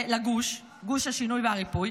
גוש השינוי והריפוי,